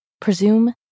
Presume